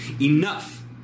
Enough